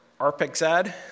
Arpexad